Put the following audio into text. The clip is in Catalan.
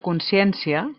consciència